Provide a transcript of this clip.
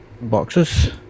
boxes